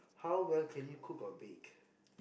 how well can you cook or bake